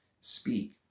speak